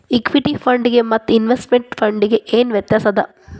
Equity ಫಂಡಿಗೆ ಮತ್ತ investment ಫಂಡಿಗೆ ಏನ್ ವ್ಯತ್ಯಾಸದ?